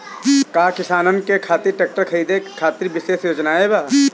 का किसानन के खातिर ट्रैक्टर खरीदे खातिर विशेष योजनाएं बा?